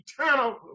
eternal